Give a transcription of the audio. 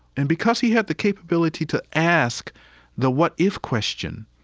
and because he had the capability to ask the what if? question,